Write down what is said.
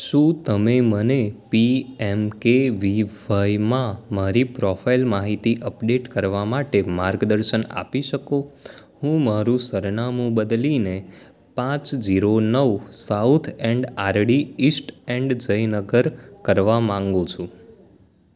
શું તમે મને પી એમ કે વી વાયમાં મારી પ્રોફાઇલ માહિતી અપડેટ કરવા માટે માર્ગદર્શન આપી શકો હું મારું સરનામું બદલીને પાંચ જીરો નવ south end RD east end Jayanagar કરવા માગું છું